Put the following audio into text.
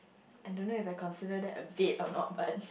I don't know if I consider that a date or not but